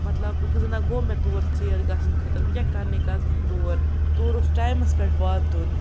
مطلب وہٕ گٕہ زَٕنہ گوٚو مےٚ تور ژیر گَژھنہٕ خٲطرٕ وٕ کیاہ کَرنہِ گژھ بہٕ تور تورٕ اوس ٹایمَس پٮ۪ٹھ واتُن